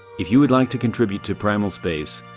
if you'd like to contribute to primal space,